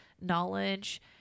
knowledge